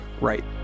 right